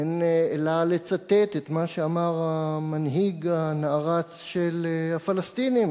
אין אלא לצטט את מה שאמר המנהיג הנערץ של הפלסטינים,